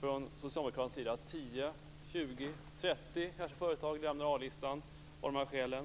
från socialdemokratisk sida att 10 20 kanske 30 företag lämnar A-listan av de här skälen?